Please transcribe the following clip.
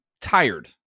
tired